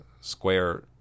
square